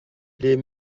les